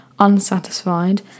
unsatisfied